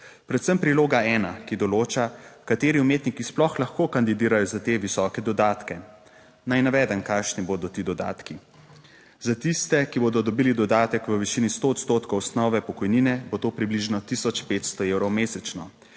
predvsem priloga ena, ki določa, kateri umetniki sploh lahko kandidirajo za te visoke dodatke. Naj navedem, kakšni bodo ti dodatki. Za tiste, ki bodo dobili dodatek v višini 100 odstotkov osnove pokojnine, bo to približno 1500 evrov mesečno,